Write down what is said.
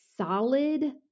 solid